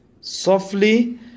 softly